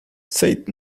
said